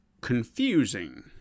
confusing